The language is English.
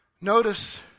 Notice